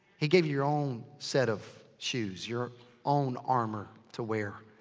he gave you your own set of shoes. your own armor to wear.